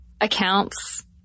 accounts